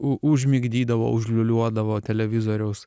u užmigdydavo užliūliuodavo televizoriaus